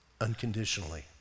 unconditionally